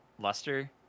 luster